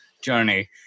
journey